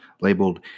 labeled